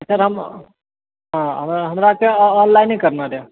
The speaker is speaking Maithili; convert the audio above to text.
सर हम हमराके ऑनलाइने करना रहै